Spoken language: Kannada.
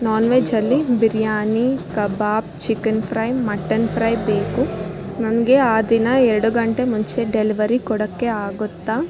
ನಾನ್ ವೆಜ್ ಅಲ್ಲಿ biryani kebab chicken fry mutton fry ಬೇಕು ನನಗೆ ಆ ದಿನ ಎರಡು ಗಂಟೆ ಮುಂಚೆ ಡೆಲ್ವರಿ ಕೊಡಕ್ಕೆ ಆಗುತ್ತಾ